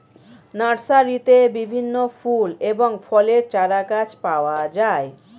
নার্সারিতে বিভিন্ন ফুল এবং ফলের চারাগাছ পাওয়া যায়